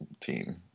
team